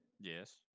Yes